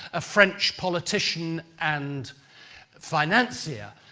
a french politician and financier,